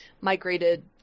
migrated